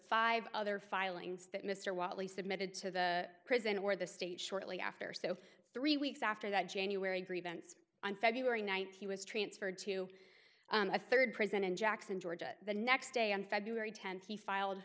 five other filings that mr wiley submitted to the prison or the state shortly after so three weeks after that january grievance on february ninth he was transferred to a third prison in jackson georgia the next day on february tenth he filed